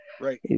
right